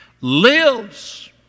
lives